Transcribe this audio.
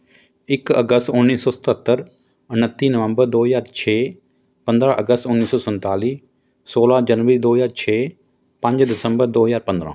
ਇੱਕ ਅਗਸਤ ਉੱਨੀ ਸੌ ਸਤੱਤਰ ਉਣੱਤੀ ਨਵੰਬਰ ਦੋ ਹਜ਼ਾਰ ਛੇ ਪੰਦਰ੍ਹਾਂ ਅਗਸਤ ਉੱਨੀ ਸੌ ਸੰਤਾਲੀ ਸੋਲ੍ਹਾਂ ਜਨਵਰੀ ਦੋ ਹਜ਼ਾਰ ਛੇ ਪੰਜ ਦਸੰਬਰ ਦੋ ਹਜ਼ਾਰ ਪੰਦਰ੍ਹਾਂ